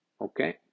Okay